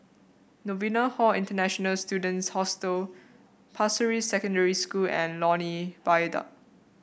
Novena Hall International Students Hostel Pasir Ris Secondary School and Lornie Viaduct